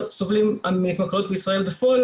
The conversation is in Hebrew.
הסובלים מהתמכרויות בישראל בפועל,